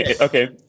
okay